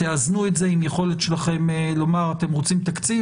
תאזנו את זה עם יכולת לכם לומר שאתם רוצים תקציב,